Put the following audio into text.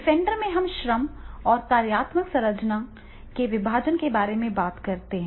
defender में हम श्रम और कार्यात्मक संरचना के विभाजन के बारे में बात करते हैं